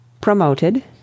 promoted